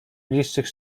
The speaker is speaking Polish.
bliższych